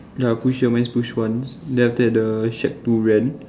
ya push here mine is push once then after that the shack to rent